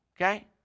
Okay